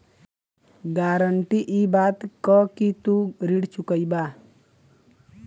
guarantee इ बात क कि तू ऋण चुकइबा